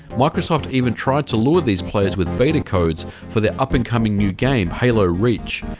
microsoft even tried to lure these players with beta codes for their up-and-coming new game, halo reach.